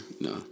no